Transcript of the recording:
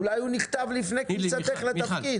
אולי הוא נכתב לפני כניסתך לתפקיד.